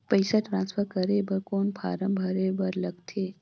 पईसा ट्रांसफर करे बर कौन फारम भरे बर लगथे?